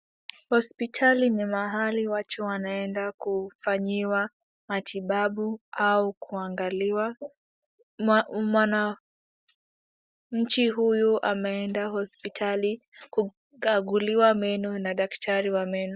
Hospitali ni mahali watu wanaenda kufanyiwa matibabu au kuangaliwa. Mwananchi huyu ameenda hospitali kukanguliwa meno na daktari wa meno.